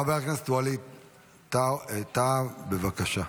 חבר הכנסת ווליד טאהא, בבקשה.